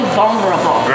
vulnerable